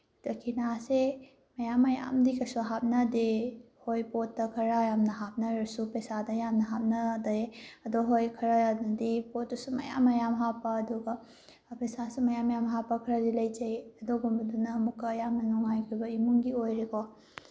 ꯗꯈꯤꯅꯥꯁꯦ ꯃꯌꯥꯝ ꯃꯌꯥꯝꯗꯤ ꯀꯩꯁꯨ ꯍꯥꯞꯅꯗꯦ ꯍꯣꯏ ꯄꯣꯠꯇ ꯈꯔ ꯌꯥꯝꯅ ꯍꯥꯞꯅꯔꯁꯨ ꯄꯩꯁꯥꯗ ꯌꯥꯝꯅ ꯍꯥꯞꯅꯗꯦ ꯑꯗꯣ ꯍꯣꯏ ꯈꯔꯅꯗꯤ ꯄꯣꯠꯇꯨꯁꯨ ꯃꯌꯥꯝ ꯃꯌꯥꯝ ꯍꯥꯞꯄ ꯑꯗꯨꯒ ꯄꯩꯁꯥꯁꯨ ꯃꯌꯥꯝ ꯃꯌꯥꯝ ꯍꯥꯞꯄ ꯈꯔꯗꯤ ꯂꯩꯖꯩ ꯑꯗꯨꯒꯨꯝꯕꯗꯨꯅ ꯑꯃꯨꯛꯀ ꯌꯥꯝꯅ ꯅꯨꯡꯉꯥꯏꯈꯤꯕ ꯏꯃꯨꯡꯒꯤ ꯑꯣꯏꯔꯦꯀꯣ